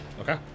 Okay